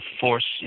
force